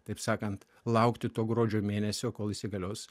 taip sakant laukti to gruodžio mėnesio kol įsigalios